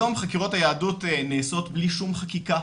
היום חקירות היהדות, נעשות בלי שום חקיקה.